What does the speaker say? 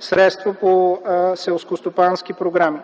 средства по селскостопански програми.